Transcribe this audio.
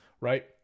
right